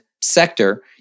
sector